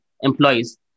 employees